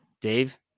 Dave